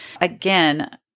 Again